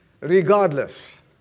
Regardless